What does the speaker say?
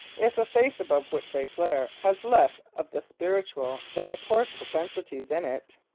if the face above which they flare has less of the spiritual than the coarse propensities in it,